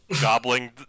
gobbling